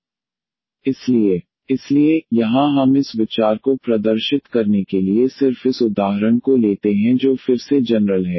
इसलिए 1x 11 xx2 x3⋯ 1 x 11xx2x3⋯ इसलिए यहां हम इस विचार को प्रदर्शित करने के लिए सिर्फ इस उदाहरण को लेते हैं जो फिर से जनरल है